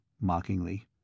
mockingly